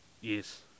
Yes